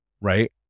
Right